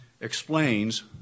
explains